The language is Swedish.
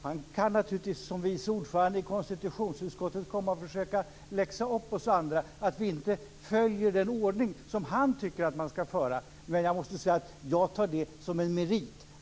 Han kan naturligtvis som vice ordförande i konstitutionsutskottet komma och försöka läxa upp oss andra för att vi inte följer den ordning som han tycker att man skall följa. Men jag måste säga att jag tar det som en merit.